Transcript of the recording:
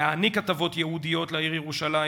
להעניק הטבות ייעודיות לעיר ירושלים,